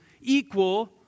equal